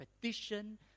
petition